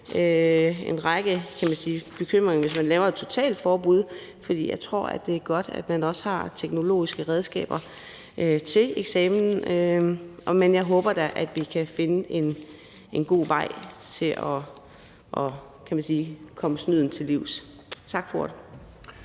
en række bekymringer, hvis man laver et totalforbud. For jeg tror også, at det er godt, at man har teknologiske redskaber til eksamen, om end jeg da håber, at vi kan finde en god vej til – kan man sige – at komme snyden til livs. Tak for